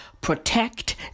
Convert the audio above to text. protect